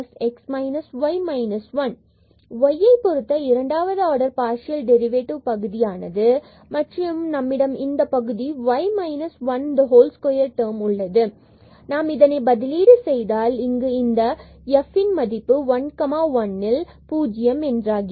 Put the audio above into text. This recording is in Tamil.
y யை பொருத்த இரண்டாவது ஆர்டர் பகுதியானது மற்றும் நம்மிடம் இந்த பகுதி y minus 1 whole squared term உள்ளது நாம் இதனை பதிலீடு செய்தால் இங்கு இந்த f 1 1 மதிப்பில் 0 கிடைக்கிறது